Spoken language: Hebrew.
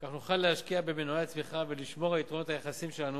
כך נוכל להשקיע במנועי הצמיחה ולשמר את היתרונות היחסיים שלנו,